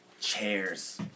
chairs